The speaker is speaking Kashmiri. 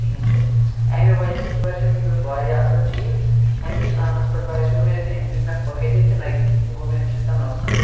کِہیٖنۍ تہِ اَمہِ وَجہ سۭتۍ باسیو مےٚ یہِ اوس واریاہ اَصٕل چیٖز اَمہِ کِس اَننَس پٮ۪ٹھ باسیو مےٚ زِ أمۍ دیُت مےٚ فٲہِدٕ تہٕ نہ کہِ گوٚو مےٚ اَمہِ سۭتۍ کانٛہہ نۄقصان